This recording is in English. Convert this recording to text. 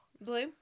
Blue